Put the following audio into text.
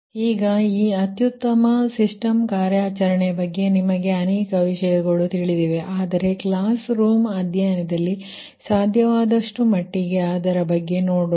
ಈಗ ಈ ಅತ್ಯುತ್ತಮ ಸಿಸ್ಟಮ್ ಕಾರ್ಯಾಚರಣೆ ಬಗ್ಗೆ ನಿಮಗೆ ಅನೇಕ ವಿಷಯಗಳು ತಿಳಿದಿವೆ ಆದರೆ ಕ್ಲಾಸ್ ರೂಮ್ ಅಧ್ಯಯನದಲ್ಲಿ ಸಾಧ್ಯವಾದಷ್ಟು ಮಟ್ಟಿಗೆ ಅದರ ಬಗ್ಗೆ ನೋಡೋಣ